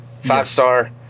Five-star